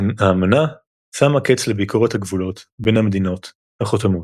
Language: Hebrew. האמנה שמה קץ לביקורת הגבולות בין המדינות החותמות,